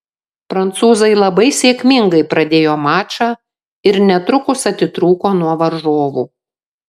prancūzai labai sėkmingai pradėjo mačą ir netrukus atitrūko nuo varžovų